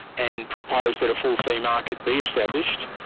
and proposed that a full-fee market be established,